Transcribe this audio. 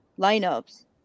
lineups